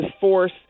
force